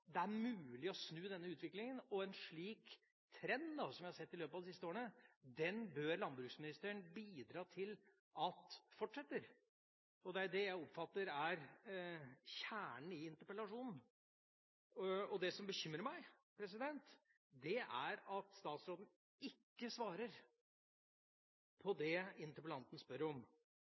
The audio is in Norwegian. det er mulig å snu denne utviklinga, og en slik trend som vi har sett i løpet av de siste årene, bør landbruksministeren bidra til fortsetter. Det er det jeg oppfatter er kjernen i interpellasjonen, og det som bekymrer meg, er at statsråden ikke svarer på det interpellanten spør om.